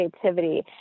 creativity